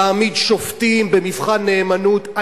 להעמיד שופטים במבחן נאמנות.